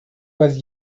was